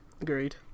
Agreed